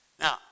Now